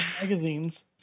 Magazines